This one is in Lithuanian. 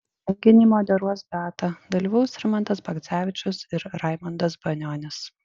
renginį moderuos beata dalyvaus rimantas bagdzevičius ir raimundas banionis